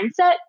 mindset